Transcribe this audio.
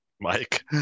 Mike